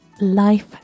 life